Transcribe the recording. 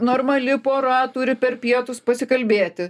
normali pora turi per pietus pasikalbėti